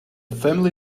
family